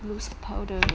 loose powder